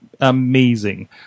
amazing